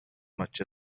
much